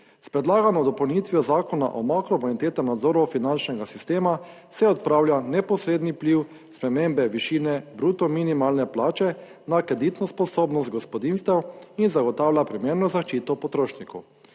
S predlagano dopolnitvijo Zakona o makrobonitetnem nadzoru finančnega sistema se odpravlja neposredni vpliv spremembe višine bruto minimalne plače na kreditno sposobnost gospodinjstev in zagotavlja primerno zaščito potrošnikov.